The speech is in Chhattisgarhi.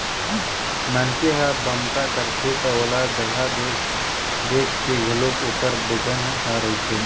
मनखे ह बमता करथे त ओला जघा देख देख के घलोक ओखर बेतन ह रहिथे